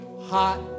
hot